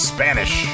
Spanish